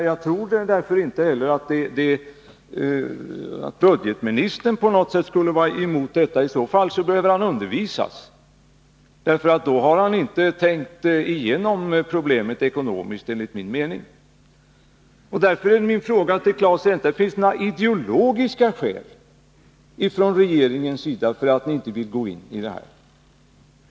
Jag tror inte heller att budgetministern på något sätt skulle vara emot detta. I så fall behöver han undervisas. Då har han inte tänkt igenom problemet ekonomiskt, enligt min mening. Därför är min fråga till Claes Elmstedt: Finns det några ideologiska skäl till att regeringen inte vill gå in i förhandlingar?